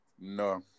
No